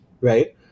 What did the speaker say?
right